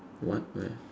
what where